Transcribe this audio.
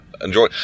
enjoy